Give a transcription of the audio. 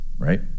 right